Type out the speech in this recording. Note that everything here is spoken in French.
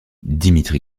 dimitri